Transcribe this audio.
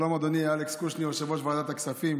שלום אדוני אלכס קושניר, יושב-ראש ועדת הכספים.